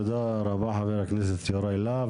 תודה רבה חבר הכנסת יוראי להב,